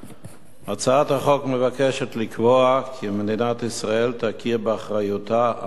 הצעת החוק מבקשת לקבוע כי מדינת ישראל תכיר באחריותה המוסרית,